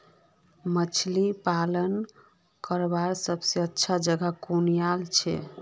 मछली पालन करवार सबसे अच्छा जगह कुनियाँ छे?